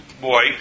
boy